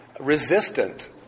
resistant